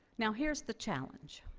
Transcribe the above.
now here's the challenge,